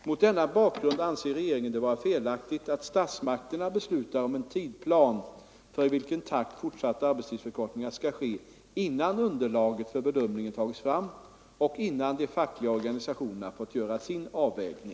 Mot denna bakgrund anser regeringen det vara felaktigt att statsmakterna beslutar om en tidplan för i vilken takt fortsatta arbetstidsförkortningar skall ske, innan underlaget för bedömningen tagits fram och innan de fackliga organisationerna fått göra sin avvägning.